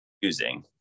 using